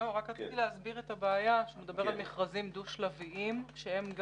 רק רציתי להסביר את הבעיה כשהוא מדבר על מכרזים דו-שלביים שניתנת